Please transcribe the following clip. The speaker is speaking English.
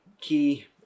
key